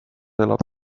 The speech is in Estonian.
elab